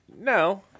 no